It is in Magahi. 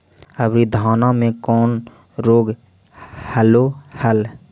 अबरि धाना मे कौन रोग हलो हल?